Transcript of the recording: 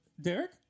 Derek